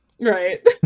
Right